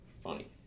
funny